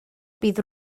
bydd